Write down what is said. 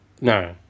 no